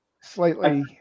slightly